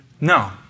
No